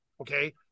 okay